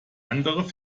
andere